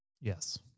Yes